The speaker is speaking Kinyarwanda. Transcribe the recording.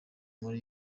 muri